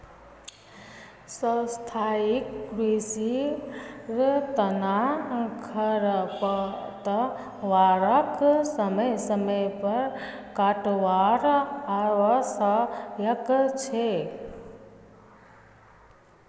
स्थाई कृषिर तना खरपतवारक समय समय पर काटवार आवश्यक छोक